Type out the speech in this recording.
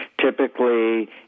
Typically